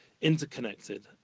interconnected